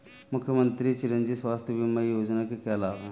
मुख्यमंत्री चिरंजी स्वास्थ्य बीमा योजना के क्या लाभ हैं?